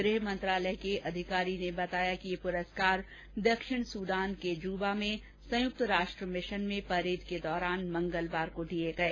गृह मंत्रालय के अधिकारी ने आज बताया कि ये पुरस्कार दक्षिण सुडान के जबा में संयुक्त राष्ट्र मिशन में परेड के दौरान मंगलवार को दिये गए